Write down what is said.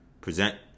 present